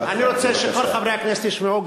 אני רוצה שכל חברי הכנסת ישמעו,